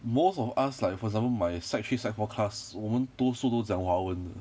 most of us like for example my sec three sec four class 我们多数都讲华文的